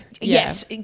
Yes